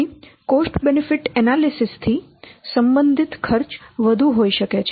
અહીં cost benefit analysis થી સંબંધિત ખર્ચ વધુ હોઈ શકે છે